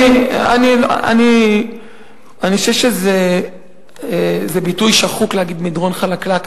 אני חושב שזה ביטוי שחוק להגיד "מדרון חלקלק",